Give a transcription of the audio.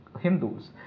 Hindus